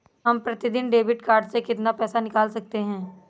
हम प्रतिदिन debit card से कितना पैसा निकाल सकते हैं?